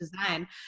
design